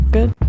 Good